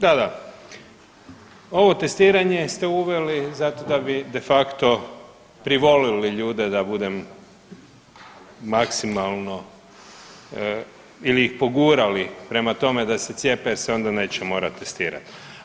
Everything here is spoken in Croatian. Da, da, ovo testiranje ste uveli zato da bi de facto privolili ljude da budem maksimalno ili ih pogurali prema tome da se cijepe jer se onda neće morati testirati.